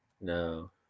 No